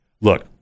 look